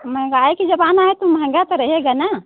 महंगाई के जमाना है तो महंगा तो रहेगा ना